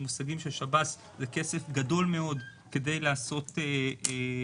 במושגים של שב"ס זה כסף גדול מאוד כדי לעשות פעולות